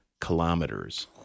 kilometers